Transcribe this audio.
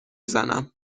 زنم